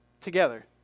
together